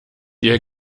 ihr